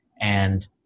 and-